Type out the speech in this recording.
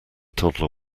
toddler